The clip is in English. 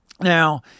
Now